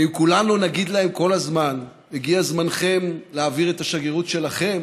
ואם כולנו נגיד להם כל הזמן: הגיע זמנכם להעביר את השגרירות שלכם